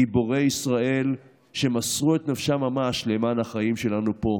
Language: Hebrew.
גיבורי ישראל שמסרו את נפשם ממש למען החיים שלנו פה.